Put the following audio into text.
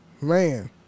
man